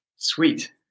Sweet